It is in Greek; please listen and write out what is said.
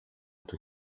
του